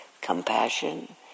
compassion